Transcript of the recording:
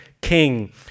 king